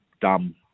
dumb